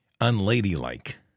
unladylike